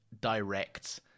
direct